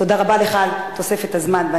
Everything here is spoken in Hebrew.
תודה רבה לך על תוספת הזמן.